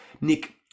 Nick